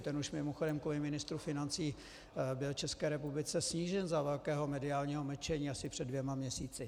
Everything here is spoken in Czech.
Ten už mimochodem kvůli ministru financí byl České republice snížen za velkého mediálního mlčení asi před dvěma měsíci.